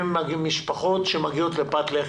יש משפחות שמגיעות לפת לחם,